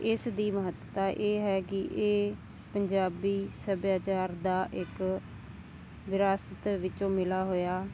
ਇਸ ਦੀ ਮਹੱਤਤਾ ਇਹ ਹੈ ਕਿ ਇਹ ਪੰਜਾਬੀ ਸੱਭਿਆਚਾਰ ਦਾ ਇੱਕ ਵਿਰਾਸਤ ਵਿੱਚੋਂ ਮਿਲਾ ਹੋਇਆ